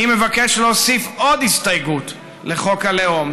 אני מבקש להוסיף עוד הסתייגות לחוק הלאום,